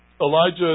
Elijah